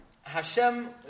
Hashem